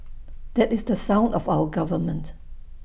that is the son of our government